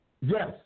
Yes